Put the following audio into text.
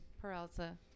Peralta